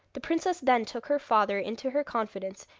the princess then took her father into her confidence,